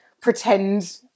pretend